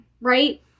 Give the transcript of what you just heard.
right